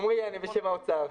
עמרי, אני בשם האוצר.